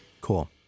Cool